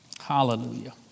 Hallelujah